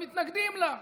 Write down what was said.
מתנגדים לו.